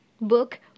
book